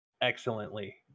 excellently